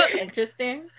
Interesting